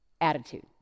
attitude